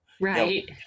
Right